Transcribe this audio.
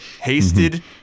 Hasted